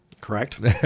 Correct